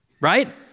right